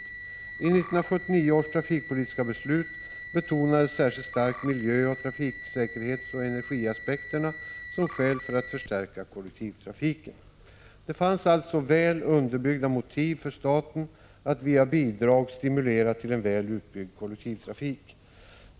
I 1979 års trafikpolitiska beslut betonades särskilt starkt miljö-, trafiksäkerhetsoch energiaspekterna som skäl för att förstärka kollektivtrafiken. Det fanns alltså väl underbyggda motiv för staten att via bidrag stimulera till en utbyggd kollektivtrafik.